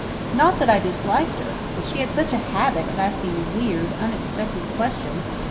not that i disliked her. but she had such a habit of asking weird, unexpected questions,